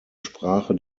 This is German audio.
sprache